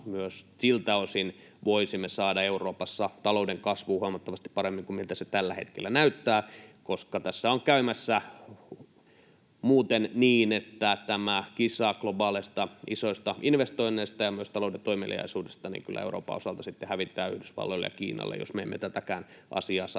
myös siltä osin voisimme saada Euroopassa talouden kasvuun huomattavasti paremmin kuin miltä se tällä hetkellä näyttää, koska tässä on käymässä muuten niin, että tämä kisa globaaleista isoista investoinneista ja myös talouden toimeliaisuudesta kyllä Euroopan osalta sitten hävitään Yhdysvalloille ja Kiinalle, jos me emme tätäkään asiaa saa